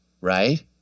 right